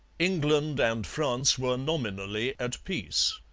england and france were nominally at peace.